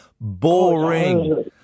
boring